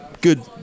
Good